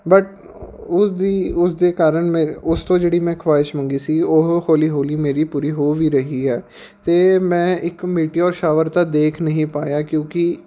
but ਉਸਦੀ ਉਸਦੇ ਕਾਰਨ ਮੈਂ ਉਸਤੋਂ ਜਿਹੜੀ ਮੈਂ ਖੁਆਇਸ਼ ਮੰਗੀ ਸੀ ਉਹ ਹੌਲੀ ਹੌਲੀ ਮੇਰੀ ਪੂਰੀ ਹੋ ਵੀ ਰਹੀ ਹੈ ਅਤੇ ਮੈਂ ਇੱਕ ਮਿਟੇਔਰ ਸ਼ਾਵਰ ਤਾਂ ਦੇਖ ਨਹੀਂ ਪਾਇਆ ਕਿਉਂਕਿ